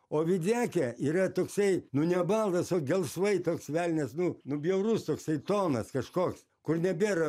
o videke yra toksai nu ne baltas o gelsvai toks velnias nu nu bjaurus toksai tonas kažkoks kur nebėra